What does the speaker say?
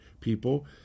people